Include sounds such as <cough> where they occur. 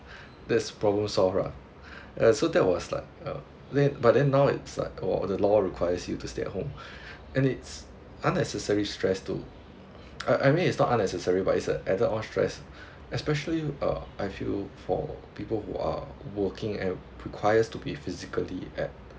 that's problem solve lah <breath> uh so that was like yeah then but then now it's like oh the law requires you to stay at home and it's unnecessary stress to I I mean it's not unnecessary but is a added on stress especially uh I feel for people who are working and requires to be physically at